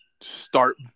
start